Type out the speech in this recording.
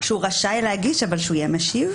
שהוא רשאי להגיש, אבל שהוא יהיה המשיב?